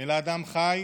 אלא אדם חי